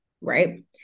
right